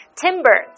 timber